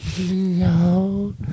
No